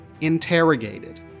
interrogated